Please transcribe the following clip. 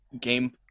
game